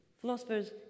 philosophers